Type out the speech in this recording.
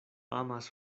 amas